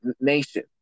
nation